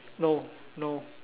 no no